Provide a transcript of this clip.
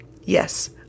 Yes